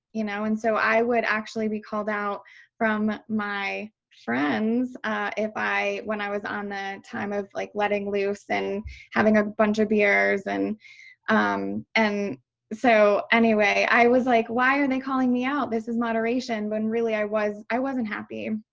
you know. and so i would actually be called out from my friends if i when i was on time of like letting loose and having a bunch of beers and um and so anyway, i was like, why are they calling me out? this is moderation. when really i was i wasn't happy.